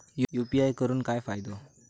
UPI करून काय फायदो?